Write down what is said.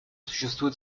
существуют